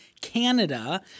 Canada